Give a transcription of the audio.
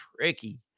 tricky